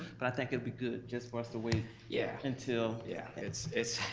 but i think it'd be good just for us to wait yeah until. yeah, it's it's